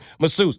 masseuse